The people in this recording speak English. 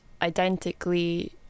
identically